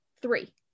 three